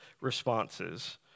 responses